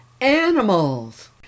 animals